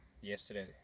yesterday